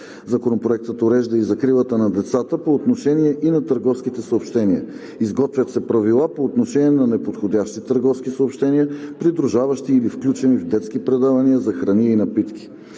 Законопроектът урежда и закрилата на децата по отношение и на търговските съобщения. Изготвят се правила по отношение на неподходящи търговски съобщения, придружаващи или включени в детски предавания за храни и напитки.